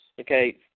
okay